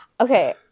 Okay